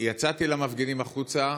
יצאתי אל המפגינים החוצה,